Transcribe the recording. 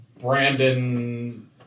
Brandon